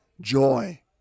joy